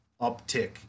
uptick